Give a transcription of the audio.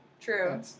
True